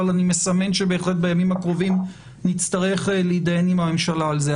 אבל אני מסמן בהחלט שבימים הקרובים נצטרך להתדיין עם הממשלה על זה.